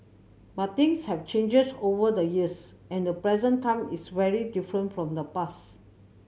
but things have changes over the years and the present time is very different from the past